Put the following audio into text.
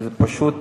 פשוט,